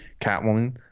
Catwoman